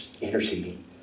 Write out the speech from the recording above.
interceding